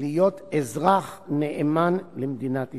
להיות אזרח נאמן למדינת ישראל.